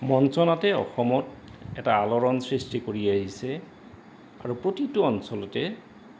মঞ্চ নাটে অসমত এটা আলোড়ন সৃষ্টি কৰি আহিছে আৰু প্ৰতিটো অঞ্চলতে